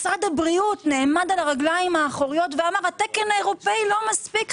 משרד הבריאות נעמד על הרגליים האחוריות ואמר: התקן האירופאי לא מספיק.